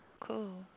cool